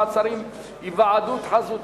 מעצרים) (היוועדות חזותית,